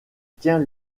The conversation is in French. tient